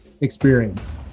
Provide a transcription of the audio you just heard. experience